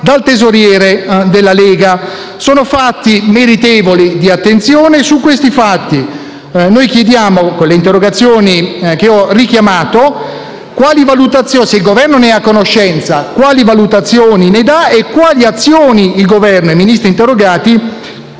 dal tesoriere della Lega. Sono fatti meritevoli di attenzione e su questi chiediamo, con le interrogazioni che ho richiamato, se il Governo ne sia a conoscenza, quali valutazioni ne dia e quali azioni il Governo e i Ministri interrogati